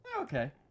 Okay